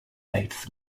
eighth